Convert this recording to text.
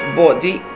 body